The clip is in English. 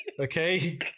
okay